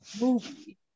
movie